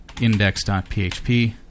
index.php